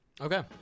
okay